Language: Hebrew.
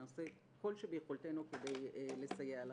נעשה כל שביכולתנו כדי לסייע לכם.